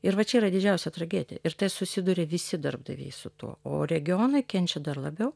ir va čia yra didžiausia tragedija ir tai susiduria visi darbdaviai su tuo o regionai kenčia dar labiau